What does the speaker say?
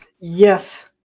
yes